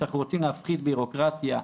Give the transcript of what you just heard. שאנחנו רוצים להפחית בירוקרטיה,